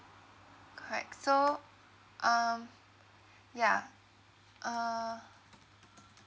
correct so um yeah uh